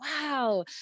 wow